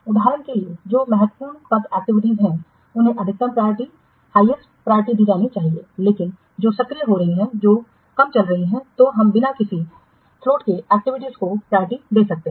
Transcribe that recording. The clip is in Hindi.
उदाहरण के लिए जो महत्वपूर्ण पथ एक्टिविटीज हैं उन्हें अधिकतम प्रायोरिटी हाईएस्ट प्रायरिटी दी जानी चाहिए लेकिन जो सक्रिय हो रही हैं जो कम चल रही है तो हम बिना किसी फ़्लोट के एक्टिविटीयों को प्रायोरिटी दे सकते हैं